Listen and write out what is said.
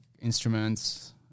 Instruments